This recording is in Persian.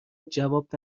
جواب